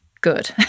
good